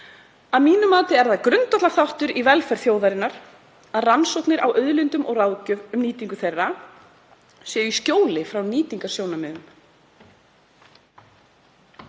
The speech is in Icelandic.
„Að mínu mati er það grundvallarþáttur í velferð þjóðarinnar að rannsóknir á auðlindum og ráðgjöf um nýtingu þeirra séu í skjóli frá nýtingarsjónarmiðum.“